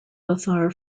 lothar